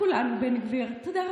תודה רבה.